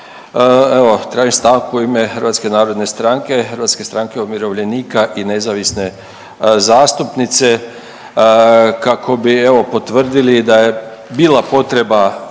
Evo tražim stanku u ime Hrvatske narodne stranke, Hrvatske stranke umirovljenika i nezavisne zastupnice kako bi evo potvrdili da je bila potreba